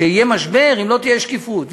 שיהיה משבר אם לא תהיה שקיפות.